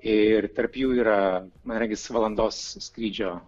ir tarp jų yra man regis valandos skrydžio